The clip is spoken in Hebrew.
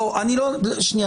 בואו, שנייה.